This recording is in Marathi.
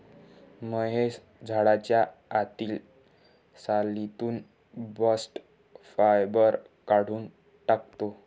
महेश झाडाच्या आतील सालीतून बास्ट फायबर काढून टाकतो